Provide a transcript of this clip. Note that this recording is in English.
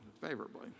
favorably